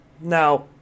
Now